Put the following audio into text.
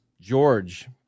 George